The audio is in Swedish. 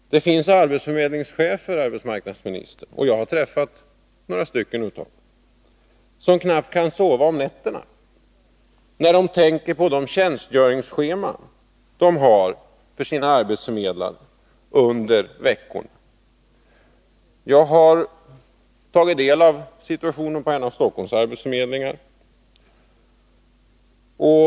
Det finns arbetsförmedlingschefer, fru arbetsmarknadsministern, som knappt kan sova på nätterna — jag har träffat några av dem — när de tänker på de tjänstgöringsscheman som deras arbetsförmedlare har under veckorna. Jag har tagit del av fakta om situationen på en av Stockholms arbetsförmedlingar.